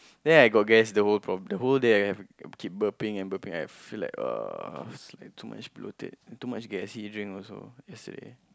then I got gas the whole problem the whole day I keep burping and burping I feel like uh is like too much bloated too much gassy drink also yesterday